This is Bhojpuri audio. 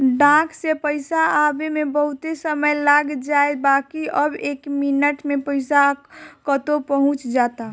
डाक से पईसा आवे में बहुते समय लाग जाए बाकि अब एके मिनट में पईसा कतो पहुंच जाता